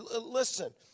Listen